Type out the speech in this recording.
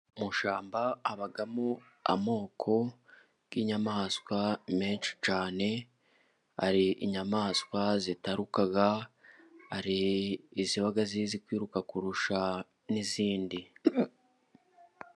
Mu shyamba habamo amoko y'inyamaswa menshi cyane. Hari inyamaswa zitaruka ,hari iziba zizi kwiruka kurusha n'izindi.